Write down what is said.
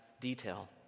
detail